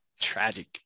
Tragic